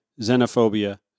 xenophobia